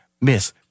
Miss